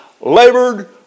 labored